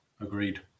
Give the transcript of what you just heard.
agreed